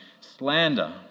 slander